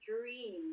dream